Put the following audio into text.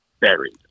buried